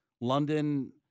London